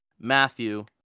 matthew